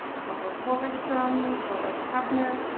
provost hoverstrung, provost haefner,